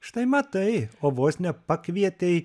štai matai o vos nepakvietei